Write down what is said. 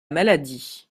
maladie